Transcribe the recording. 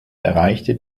erreichte